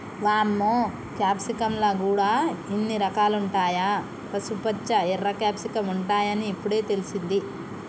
వామ్మో క్యాప్సికమ్ ల గూడా ఇన్ని రకాలుంటాయా, పసుపుపచ్చ, ఎర్ర క్యాప్సికమ్ ఉంటాయని ఇప్పుడే తెలిసింది